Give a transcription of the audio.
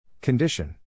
Condition